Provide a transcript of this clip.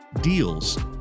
deals